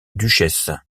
duchesse